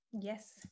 yes